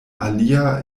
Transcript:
alia